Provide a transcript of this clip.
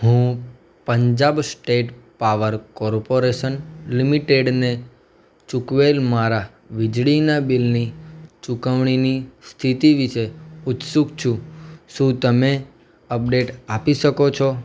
હું Punjab state power corporation લિમિટેડને ચૂકવેલ મારા વીજળીના બિલની ચૂકવણીની સ્થિતિ વિશે ઉત્સુક છું શું તમે અપડેટ આપી શકો છો